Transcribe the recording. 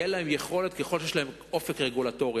תהיה להם יכולת ככל שיש להם אופק רגולטורי.